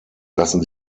lassen